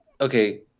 okay